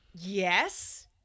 yes